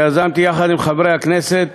שיזמתי יחד עם חברי הכנסת